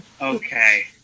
okay